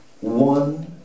One